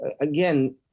again